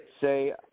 Say